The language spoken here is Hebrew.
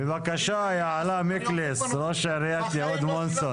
בבקשה, יעלה מקליס, ראש עיריית יהוד מונוסון.